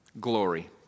glory